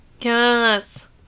Yes